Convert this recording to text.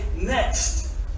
next